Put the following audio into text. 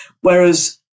whereas